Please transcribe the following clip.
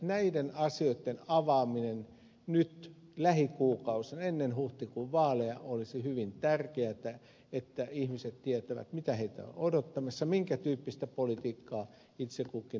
näiden asioiden avaaminen nyt lähikuukausina ennen huhtikuun vaaleja olisi hyvin tärkeätä että ihmiset tietävät mikä heitä on odottamassa minkä tyyppistä politiikkaa itse kukin haluaa toteuttaa